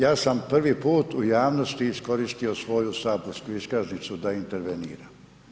Ja sam prvi put u javnosti iskoristio svoju saborsku iskaznicu da interveniram.